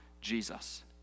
Jesus